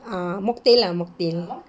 uh mocktail lah mocktail